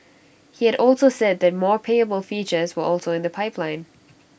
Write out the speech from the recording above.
he had also said that more payable features were also in the pipeline